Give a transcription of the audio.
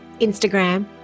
Instagram